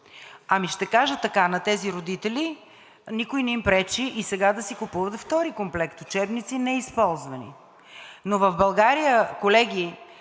Ще кажа така: на тези родители никой не им пречи и сега да си купуват втори комплект учебници – неизползвани, но в България, колеги,